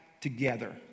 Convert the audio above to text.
together